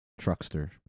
truckster